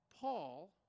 Paul